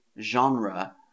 genre